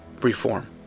reform